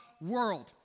world